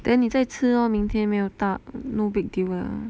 then 你再吃咯明天没有大 no big deal lah